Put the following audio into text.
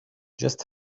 just